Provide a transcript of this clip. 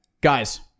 Guys